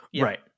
Right